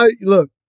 Look